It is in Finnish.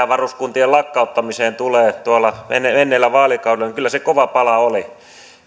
varuskuntien lakkauttamiseen tuolla menneellä vaalikaudella niin kyllä se kova pala oli